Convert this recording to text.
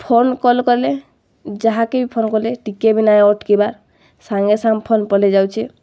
phone call କଲେ ଯାହାକେ ବି ଫୋନ୍ କଲେ ଟିକେ ବି ଅଟ୍କିବା ସାଙ୍ଗେ ସାଙ୍ଗ୍ ଫୋନ୍ ପଲେଇ ଯାଉଚେ